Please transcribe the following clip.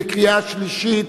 בקריאה שלישית.